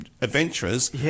Adventurers